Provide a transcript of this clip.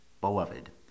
Beloved